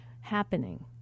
happening